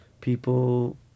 people